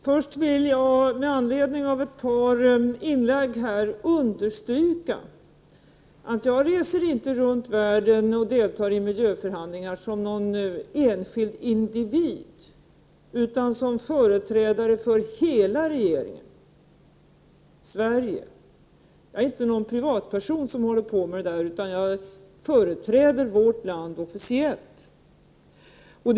Herr talman! Med anledning av ett par inlägg här vill jag först understryka att jag inte reser runt i världen och deltar i miljöförhandlingar som enskild individ utan som företrädare för hela regeringen och för Sverige. Jag är inte någon privatperson som håller på med detta, utan jag företräder officiellt 25 vårt land.